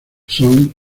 son